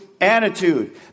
attitude